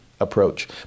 approach